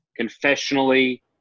confessionally